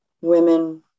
women